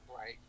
Right